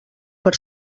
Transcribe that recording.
per